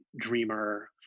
dreamer